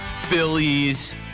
Phillies